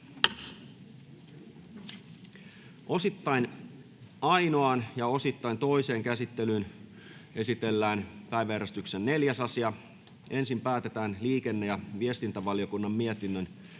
Osittain ainoaan, osittain toiseen käsittelyyn esitellään päiväjärjestyksen 4. asia. Ensin päätetään liikenne- ja viestintävaliokunnan mietinnön